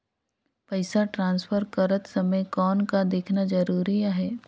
पइसा ट्रांसफर करत समय कौन का देखना ज़रूरी आहे?